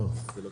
הצבעה אושר.